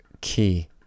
key